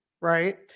right